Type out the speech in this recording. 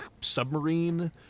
submarine